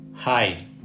Hi